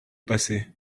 passé